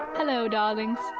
hello darlings.